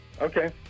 Okay